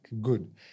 Good